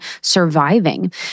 surviving